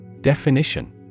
Definition